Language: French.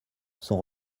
son